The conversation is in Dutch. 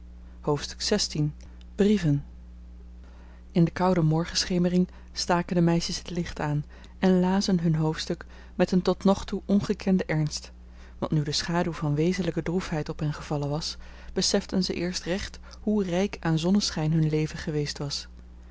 hoofdstuk xvi brieven in de koude morgenschemering staken de meisjes het licht aan en lazen hun hoofdstuk met een tot nog toe ongekenden ernst want nu de schaduw van wezenlijke droefheid op hen gevallen was beseften ze eerst recht hoe rijk aan zonneschijn hun leven geweest was